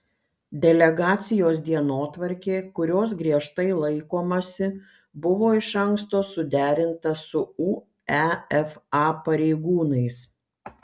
delegacijos dienotvarkė kurios griežtai laikomasi buvo iš anksto suderinta su uefa pareigūnais